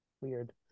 weird